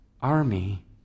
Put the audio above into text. army